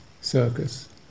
circus